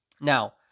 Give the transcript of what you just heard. Now